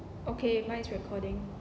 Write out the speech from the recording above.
okay mine is recording